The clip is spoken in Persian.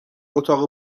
اتاق